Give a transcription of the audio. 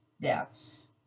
deaths